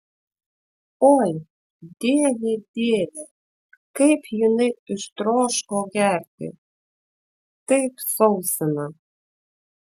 oi dieve dieve kaip jinai ištroško gerti taip sausina